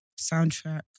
Soundtrack